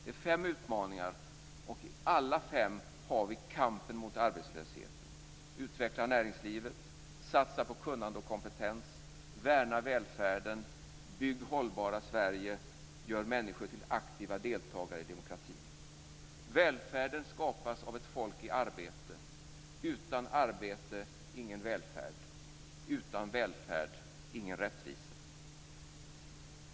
Det är fem utmaningar, och i alla fem har vi med kampen mot arbetslösheten: utveckla näringslivet, satsa på kunskap och kompetens, värna välfärden, bygg det hållbara Sverige, gör människor till aktiva deltagare i demokratin. Välfärden skapas av ett folk i arbete. Utan arbete, ingen välfärd. Utan välfärd, ingen rättvisa.